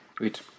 Wait